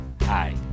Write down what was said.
Hi